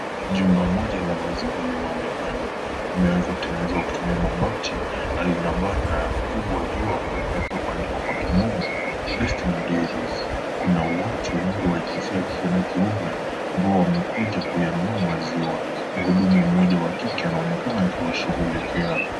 Jumba moja la maziwa linaonekana limewezwa kutengenezwa kutumia mabati na lina banda kubwa juu ambayo limewezwa kuandikwa kwa lugha ya kimombo destiny dairies kuna watu wengi wa jinsia ya kike na kiume ambao wamekuja kuyanunua maziwa . Mhudumu mmoja wakike anaonekana akiwashughulikia.